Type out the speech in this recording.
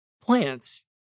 plants